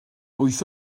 wyth